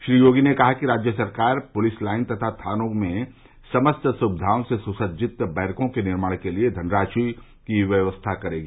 श्री योगी ने कहा कि राज्य सरकार पुलिस लाइन तथा थानों में समस्त सुविघाओं से सुसज्जित बैरकों के निर्माण के लिए धनराशि की व्यवस्था करेगी